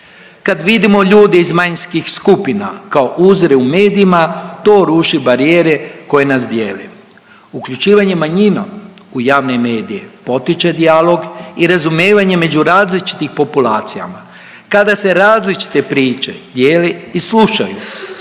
Kad vidimo ljude iz manjinskih skupina kao uzore u medijima to ruši barijere koje nas dijele. Uključivanjem manjina u javne medije potiče dijalog i razumijevanje među različitim populacijama. Kada se različite priče dijele i slušaju